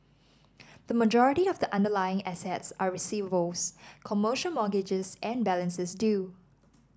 the majority of the underlying assets are receivables commercial mortgages and balances due